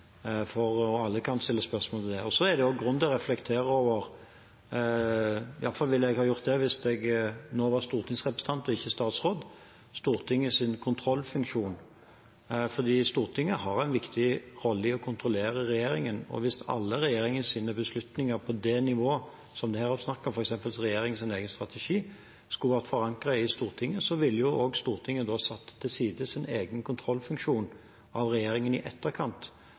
alle kan stille spørsmål til det. Det er også grunn til å reflektere over – jeg ville i hvert fall ha gjort det hvis jeg nå var stortingsrepresentant og ikke statsråd – Stortingets kontrollfunksjon. Stortinget har en viktig rolle i å kontrollere regjeringen, og hvis alle regjeringens beslutninger som er på det nivået som det her er snakk om, f.eks. regjeringens egen strategi, skulle vært forankret i Stortinget, ville Stortinget ha satt til side sin egen kontrollfunksjon overfor regjeringen i etterkant